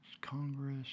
Congress